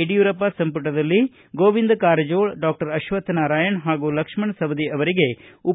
ಯಡಿಯೂರಪ್ಪ ಸಂಪುಟದಲ್ಲಿ ಗೋವಿಂದ ಕಾರಜೋಳ ಡಾಕ್ಟರ್ ಅಶ್ವಥ್ ನಾರಾಯಣ್ ಹಾಗೂ ಲಕ್ಷ್ಮಣ್ ಸವದಿ ಅವರಿಗೆ